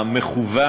המכוון,